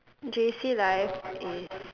J_C life is